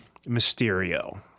Mysterio